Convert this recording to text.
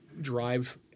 drive